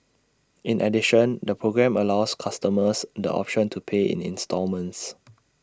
in addition the programme allows customers the option to pay in instalments